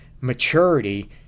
maturity